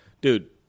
Dude